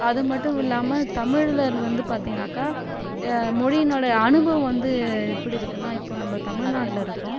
அது மட்டும் இல்லாமல் தமிழர் வந்து பார்த்தீங்கனாக்கா மொழியினுடைய அனுபவம் வந்து எப்படி இருக்குன்னா இப்போது நம்ம தமிழ்நாட்டில் இருக்கோம்